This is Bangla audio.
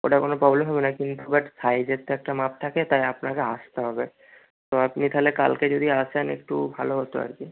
ওটা কোনো প্রবলেম হবে না কিন্তু বাট সাইজের তো একটা মাপ থাকে তাই আপনাকে আসতে হবে তো আপনি তাহলে কালকে যদি আসেন একটু ভালো হতো আর কি